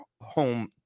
home